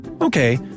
Okay